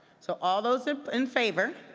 so all those in favor